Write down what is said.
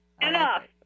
Enough